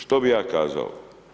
Što bi ja kazao?